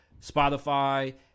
spotify